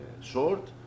short